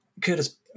Curtis